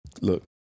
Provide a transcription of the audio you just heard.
look